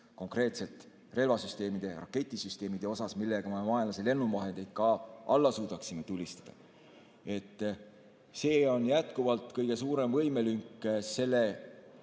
konkreetselt relvasüsteemide, raketisüsteemide puhul, millega me vaenlase lennuvahendeid ka alla suudaksime tulistada. See on jätkuvalt kõige suurem võimelünk. Meil